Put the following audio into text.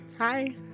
Hi